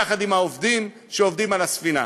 יחד עם העובדים שעובדים על הספינה.